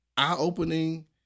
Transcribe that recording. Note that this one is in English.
Eye-opening